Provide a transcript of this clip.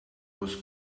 was